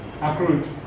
Accrued